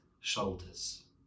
shoulders